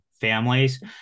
families